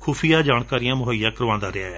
ਖੁਫੀਆਂ ਜਾਣਕਾਰੀਆਂ ਮੁਹੱਈਆ ਕਰਵਾਉਂਦਾ ਰਿਹੈ